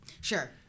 Sure